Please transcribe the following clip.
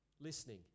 listening